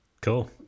Cool